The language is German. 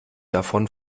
davon